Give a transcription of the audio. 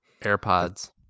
airpods